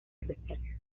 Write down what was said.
crecer